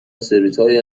سرویسهای